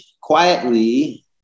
quietly